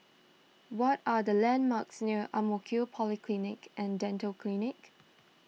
what are the landmarks near Ang Mo Kio Polyclinic and Dental Clinic